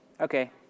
okay